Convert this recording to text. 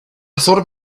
thought